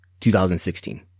2016